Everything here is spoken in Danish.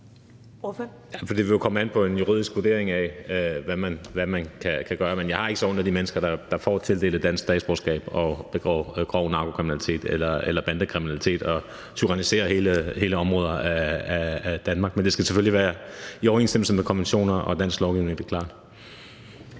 ville det jo komme an på en juridisk vurdering af, hvad man kan gøre. Men jeg har ikke så ondt af de mennesker, der får tildelt et dansk statsborgerskab og begår grov narkokriminalitet eller bandekriminalitet og tyranniserer hele områder af Danmark. Men det skal selvfølgelig være i overensstemmelse med konventioner og dansk lovgivning. Det er klart.